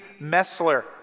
Messler